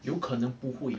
有可能不会